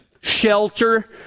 shelter